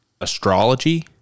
astrology